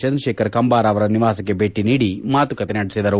ಚಂದ್ರಶೇಖರ್ ಕಂಬಾರ ಅವರ ನಿವಾಸಕ್ಕೆ ಭೇಟ ನೀಡಿ ಮಾತುಕತೆ ನಡೆಸಿದರು